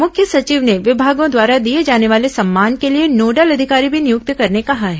मुख्य सचिव ने विभागों द्वारा दिए जाने वाले सम्मान के लिए नोडल अधिकारी भी नियुक्त करने कहा है